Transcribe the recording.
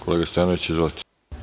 Kolega Stojanoviću, izvolite.